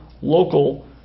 local